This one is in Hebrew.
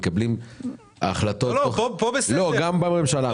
גם בממשלה.